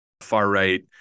far-right